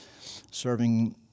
serving